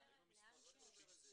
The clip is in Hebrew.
רואה פה בעיה אחרת שתטריד את ההורים.